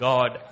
God